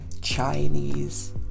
Chinese